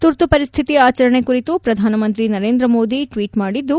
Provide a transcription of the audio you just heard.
ತುರ್ತು ಪರಿಸ್ಥಿತಿ ಆಚರಣೆ ಕುರಿತು ಪ್ರಧಾನ ಮಂತ್ರಿ ನರೇಂದ್ರ ಮೋದಿ ಟ್ವೀಟ್ ಮಾಡಿದ್ದು